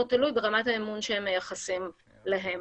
מאוד תלויה ברמת האמון שהם מייחסים להם.